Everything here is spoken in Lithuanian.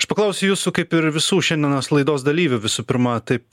aš paklausiu jūsų kaip ir visų šiandienos laidos dalyvių visų pirma taip